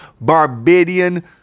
Barbadian